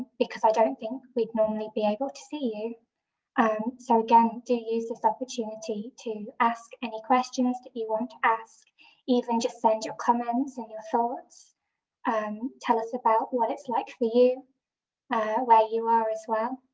because i don't think we'd normally be able to see you um so again do use this opportunity to ask any questions that you want to ask even just send your comments and your thoughts um tell us about what it's like for you ah where you are as well